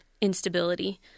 instability